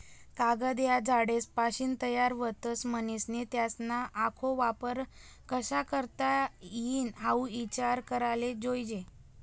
कागद ह्या झाडेसपाशीन तयार व्हतस, म्हनीसन त्यासना आखो वापर कशा करता ई हाऊ ईचार कराले जोयजे